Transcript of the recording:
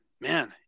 man